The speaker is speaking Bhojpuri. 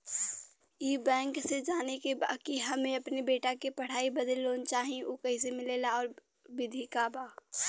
ई बैंक से जाने के बा की हमे अपने बेटा के पढ़ाई बदे लोन चाही ऊ कैसे मिलेला और का विधि होला?